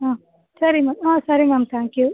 ಹಾಂ ಸರಿ ಮ್ಯಾಮ್ ಹಾಂ ಸರಿ ಮ್ಯಾಮ್ ತ್ಯಾಂಕ್ ಯು